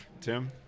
Tim